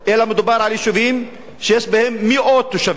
אלא מדובר על יישובים שיש בהם מאות תושבים.